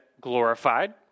glorified